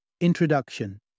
Introduction